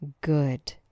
Good